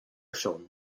film